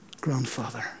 grandfather